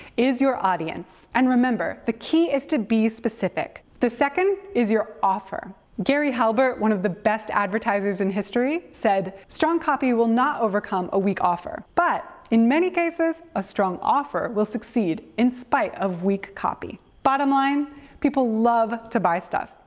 is your audience. and, remember, the key is to be specific. the second is your offer. gary halbert, one of the best advertisers in history, said strong copy will not overcome a weak offer but in many cases, a strong offer will succeed in spite of weak copy written people love to buy stuff,